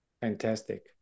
Fantastic